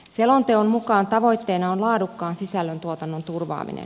selonteon mukaan tavoitteena on laadukkaan sisällöntuotannon turvaaminen